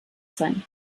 sein